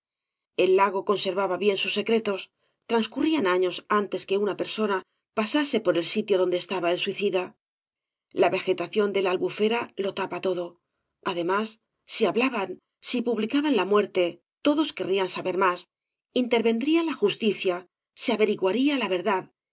el lago conservaba bien sus secretos transcurrían años antes que una persona pasase por el sitio donde estaba suicida la vegetación de la albufera lo tapa todo además si hablaban si publicaban la muerte todos querrían saber más intervendría la jus ana y barro tícia averiguaría la verdad